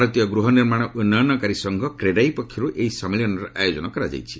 ଭାରତୀୟ ଗ୍ରୁହ ନିର୍ମାଣ ଉନ୍ନୟନକାରୀ ସଂଘ କେଡ୍ରାଇ ପକ୍ଷରୁ ଏହି ସମ୍ମିଳନୀର ଆୟୋଜନ କରାଯାଇଛି